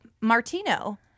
Martino